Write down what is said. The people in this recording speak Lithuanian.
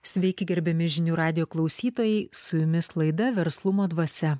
sveiki gerbiami žinių radijo klausytojai su jumis laida verslumo dvasia